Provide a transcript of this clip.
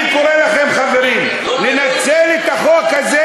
אני קורא לכם, חברים, לנצל את החוק הזה